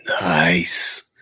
Nice